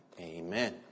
Amen